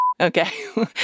Okay